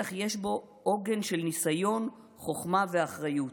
בטח יש בו עוגן של ניסיון, חוכמה ואחריות.